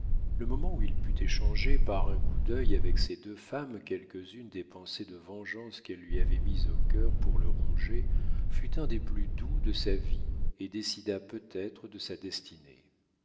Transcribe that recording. le moment où il put échanger par un coup d'œil avec ces deux femmes quelques-unes des pensées de vengeance qu'elles lui avaient mises au cœur pour le ronger fut un des plus doux de sa vie et décida peut-être de sa destinée